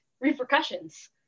repercussions